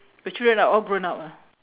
my children are all grown up ah